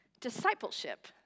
discipleship